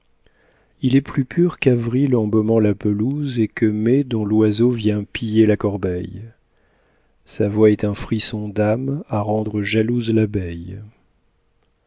il est plus pur qu'avril embaumant la pelouse et que mai dont l'oiseau vient piller la corbeille sa voix est un frisson d'âme à rendre jalouse l'abeille